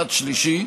מצד שלישי.